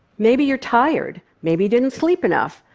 maybe you're tired. maybe you didn't sleep enough.